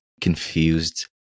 confused